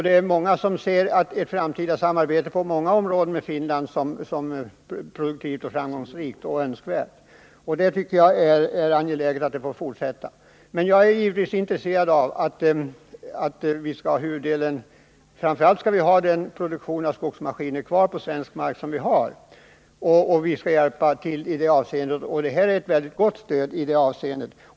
Det är många som ser ett framtida samarbete med Finland på olika områden som produktivt, framgångsrikt och önskvärt. Jag tycker det är angeläget att samarbetet får fortsätta. Men jag är givetvis intresserad av att vi framför allt behåller den produktion av skogsmaskiner på svensk mark som vi har. Vi skall hjälpa till i det avseendet, och det här är ett väldigt gott stöd därvidlag.